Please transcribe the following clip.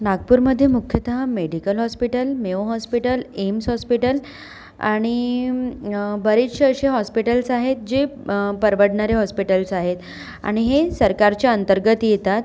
नागपूरमध्ये मुख्यतः medical hospital Mayo hospital AIIMS hospital आणि बरेचसे असे हॉस्पिटल्स आहेत जे परवडणारे हॉस्पिटल्स आहेत आणि हे सरकारच्या अंतर्गत येतात